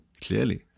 Clearly